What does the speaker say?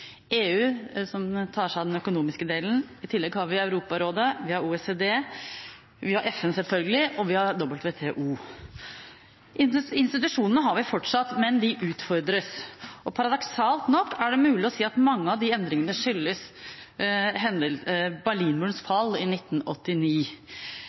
EU, som tar seg av den økonomiske delen. I tillegg har vi Europarådet, vi har OECD, vi har FN, selvfølgelig, og vi har WTO. Institusjonene har vi fortsatt, men de utfordres. Paradoksalt nok er det mulig å si at mange av endringene skyldes